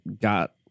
got